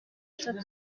eshatu